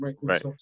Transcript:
right